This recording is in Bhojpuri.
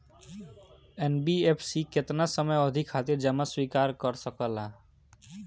एन.बी.एफ.सी केतना समयावधि खातिर जमा स्वीकार कर सकला?